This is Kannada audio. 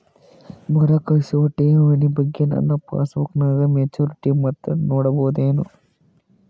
ಮರುಕಳಿಸುವ ಠೇವಣಿ ಬಗ್ಗೆ ನನ್ನ ಪಾಸ್ಬುಕ್ ನಾಗ ಮೆಚ್ಯೂರಿಟಿ ಮೊತ್ತ ನೋಡಬಹುದೆನು?